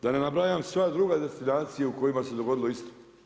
Da ne nabrajam sve druge destinacije u kojima se dogodilo isto.